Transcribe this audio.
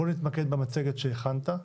בואו נתמקד במצגת שהכנת,